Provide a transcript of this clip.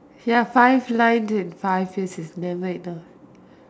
ya five lines in five years is never enough